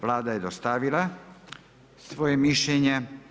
Vlada je dostavila svoje mišljenje.